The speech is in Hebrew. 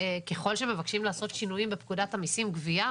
ככל שמבקשים לעשות שינויים בפקודת המיסים (גבייה)